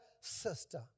sister